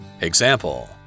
Example